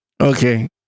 Okay